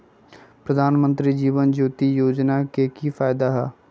प्रधानमंत्री जीवन ज्योति योजना के की फायदा हई?